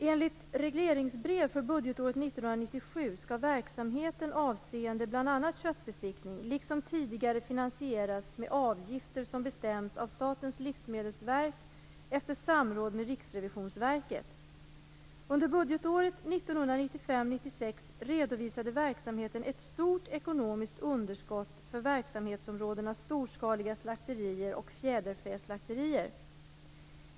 Enligt regleringsbrev för budgetåret 1997 skall verksamheten avseende bl.a. köttbesiktning liksom tidigare finansieras med avgifter som bestäms av Under budgetåret 1995/96 redovisade verksamheten ett stort ekonomiskt underskott för verksamhetsområdena storskaliga slakterier och fjäderfäslakterier.